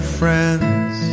friends